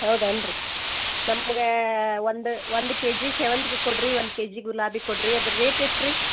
ಹೌದೇನ್ರೀ ನಮ್ಗೆ ಒಂದು ಒಂದು ಕೆ ಜಿ ಸೇವಂತ್ಗಿ ಕೊಡಿರಿ ಒಂದು ಕೆ ಜಿ ಗುಲಾಬಿ ಕೊಡಿರಿ ಅದರ ರೇಟ್ ಎಷ್ಟು ರೀ